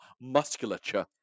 musculature